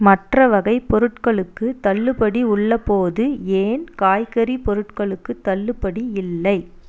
மற்ற வகைப் பொருட்களுக்குத் தள்ளுபடி உள்ளபோது ஏன் காய்கறி பொருட்களுக்குத் தள்ளுபடி இல்லை